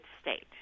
state